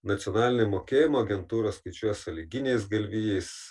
nacionalinė mokėjimo agentūra skaičiuoja sąlyginiais galvijais